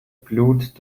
blut